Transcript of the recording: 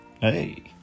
Hey